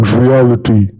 reality